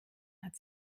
hat